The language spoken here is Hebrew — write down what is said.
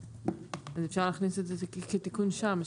אפשר להכניס את זה כתיקון שם.